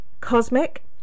cosmic